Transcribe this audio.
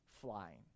flying